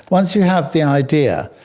once you have the idea,